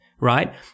right